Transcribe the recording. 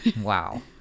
Wow